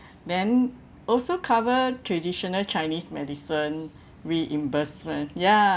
then also cover traditional chinese medicine reimbursement ya